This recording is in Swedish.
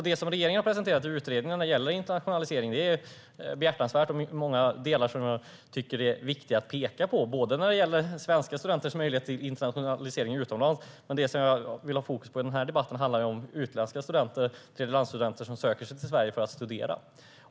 Det som regeringen har presenterat i utredningen vad gäller internationalisering är behjärtansvärt, och det finns många delar i den som jag tycker är viktiga att peka på, som svenska studenters möjligheter att studera utomlands. Men det som jag vill ha fokus på i den här debatten handlar ju om utländska studenter, tredjelandsstudenter, som söker sig till Sverige för att studera.